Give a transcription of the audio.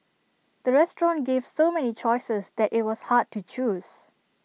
the restaurant gave so many choices that IT was hard to choose